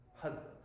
husband